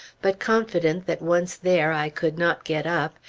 but confident that once there i could not get up,